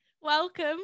Welcome